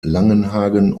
langenhagen